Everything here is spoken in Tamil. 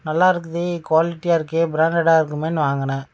நல்லா இருக்குதே குவாலிட்டியாக இருக்கே பிராண்டடாக இருக்குமேனு வாங்கினேன்